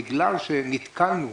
בגלל שנתקלנו